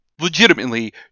legitimately